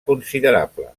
considerable